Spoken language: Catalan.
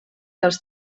dels